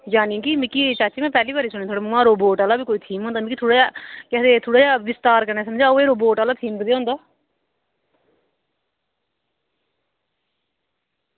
जानि कि मिगी चाची में पैह्ली बारी सुनेआ थुआढ़े मुंहा रोबोट आह्ला बी कोई थीम होंदा मिगी थोह्ड़ा जेहा केह् आखदे मिगी थोह्ड़ा जेहा विस्तार कन्नै समझाओ एह् रोबोट आह्ला थीम कनेहा होंदा